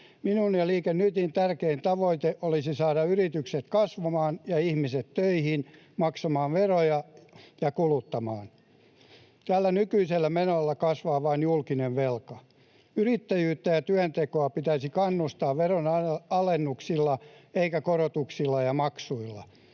Minun ja Liike Nytin tärkein tavoite olisi saada yritykset kasvamaan ja ihmiset töihin maksamaan veroja ja kuluttamaan. Tällä nykyisellä menolla kasvaa vain julkinen velka. Yrittäjyyttä ja työntekoa pitäisi kannustaa veronalennuksilla eikä ‑korotuksilla ja maksuilla.